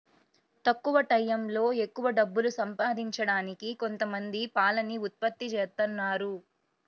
తక్కువ టైయ్యంలో ఎక్కవ డబ్బులు సంపాదించడానికి కొంతమంది పాలని ఉత్పత్తి జేత్తన్నారు